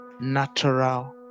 natural